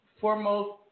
foremost